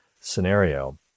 scenario